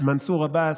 מנסור עבאס,